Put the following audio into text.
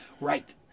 Right